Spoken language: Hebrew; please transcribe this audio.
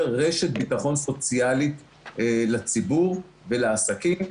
רשת ביטחון סוציאלית לציבור ולעסקים,